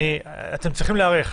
אתם צריכים להיערך.